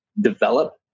develop